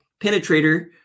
penetrator